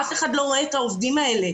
אף אחד לא רואה את העובדים האלה.